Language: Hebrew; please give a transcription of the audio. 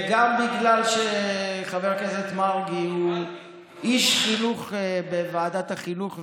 גם בגלל שחבר הכנסת מרגי הוא איש חינוך בוועדת החינוך,